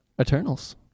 eternals